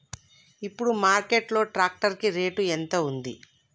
ఇప్పుడు మార్కెట్ లో ట్రాక్టర్ కి రేటు ఎంత ఉంది?